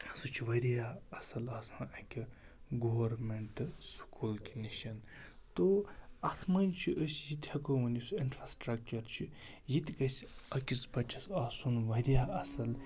سُہ چھِ وارِیاہ اَصٕل آسان اَکہِ گورمٮ۪نٛٹہٕ سکوٗل کہِ نِش تو اَتھ منٛز چھِ أسۍ یہِ تہِ ہٮ۪کو وَنۍ یُس اِنفرٛاسٹرٛکچَر چھُ یہِ تہِ گَژھِ أکِس بَچَس آسُن وارِیاہ اَصٕل